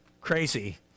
crazy